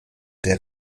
der